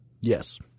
Yes